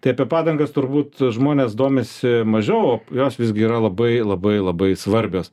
tai apie padangas turbūt žmonės domisi mažiau jos visgi yra labai labai labai svarbios